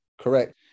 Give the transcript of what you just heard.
correct